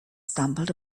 stumbled